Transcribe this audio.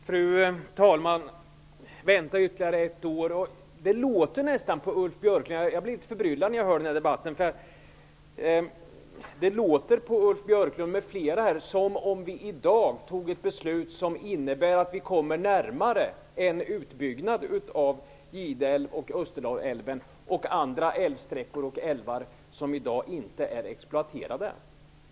Fru talman! Vi får vänta ytterligare ett och ett halvt år, säger Ulf Björklund. Jag blir litet förbryllad när jag hör den här debatten, för det låter nästan på Ulf Björklund och flera andra här som om vi i dag fattar ett beslut som innebär att vi kommer närmare en utbyggnad av Gideälven och Österdalälven och andra älvsträckor och älvar som i dag inte är exploaterade.